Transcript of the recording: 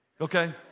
Okay